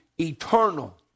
eternal